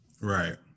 Right